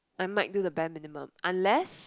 I might do the bare minimum unless